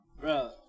bro